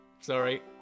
Sorry